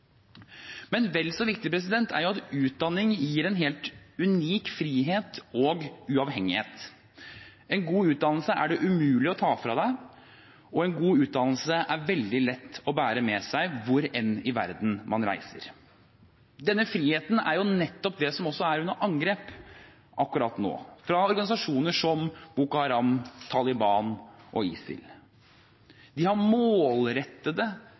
Men vel så viktig er at utdanning gir en helt unik frihet og uavhengighet. En god utdannelse er det umulig å ta fra deg, og en god utdannelse er veldig lett å bære med seg hvor enn i verden man reiser. Denne friheten er nettopp det som også er under angrep akkurat nå, fra organisasjoner som Boko Haram, Taliban og ISIL. De har målrettede